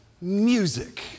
music